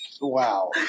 Wow